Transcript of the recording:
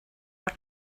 per